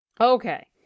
Okay